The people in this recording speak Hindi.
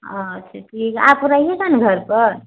अच्छा ठीक है आप रहिएगा ना घर पर